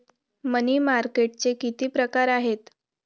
मनी मार्केटचे किती प्रकार आहेत?